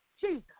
Jesus